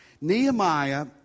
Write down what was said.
Nehemiah